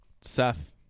Seth